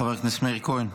חבר הכנסת מאיר כהן.